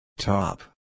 Top